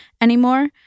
anymore